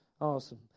Awesome